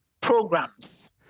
programs